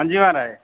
हां जी महाराज